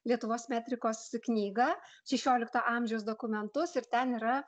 lietuvos metrikos knygą šešiolikto amžiaus dokumentus ir ten yra